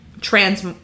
trans